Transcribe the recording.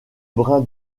brun